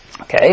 Okay